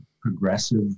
progressive